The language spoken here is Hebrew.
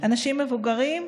אנשים מבוגרים,